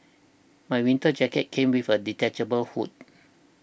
my winter jacket came with a detachable hood